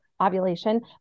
ovulation